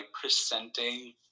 presenting